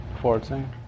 Fourteen